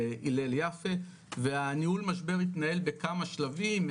להלל יפה והניהול משבר התנהל בכמה שלבים,